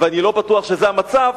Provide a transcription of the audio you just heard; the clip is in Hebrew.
ואני לא בטוח שזה המצב,